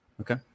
Okay